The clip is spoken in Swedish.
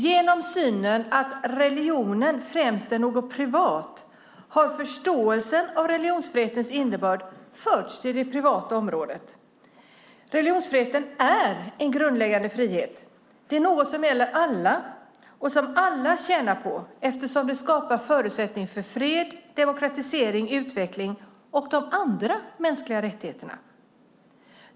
Genom synen att religionen främst är något privat har förståelse av religionsfrihetens innebörd förts till det privata området. Religionsfriheten är en grundläggande frihet. Det är något som gäller alla och som alla tjänar på, eftersom det skapar förutsättningar för fred, demokratisering, utveckling och de andra mänskliga rättigheterna.